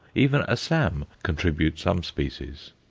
even assam contribute some species.